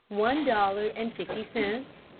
one dollar and fifty cents.